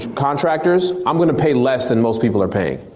contractors, i'm gonna pay less than most people are paying.